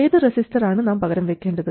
ഏത് റസിസ്റ്റർ ആണ് നാം പകരം വെക്കേണ്ടത്